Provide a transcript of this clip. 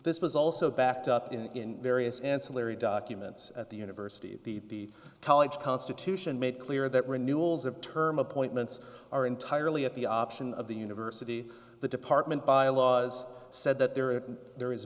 this was also backed up in various ancillary documents at the university at the college constitution made clear that renewals of term appointments are entirely at the option of the university the department bylaws said that there are there is